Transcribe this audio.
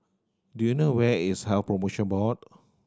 do you know where is Health Promotion Board